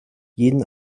jeden